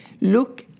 look